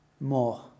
more